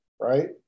right